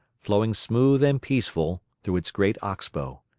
flowing smooth and peaceful through its great ox-bow.